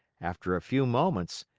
after a few moments,